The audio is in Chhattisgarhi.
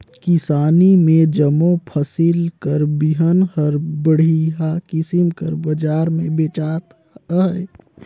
किसानी में जम्मो फसिल कर बीहन हर बड़िहा किसिम कर बजार में बेंचात अहे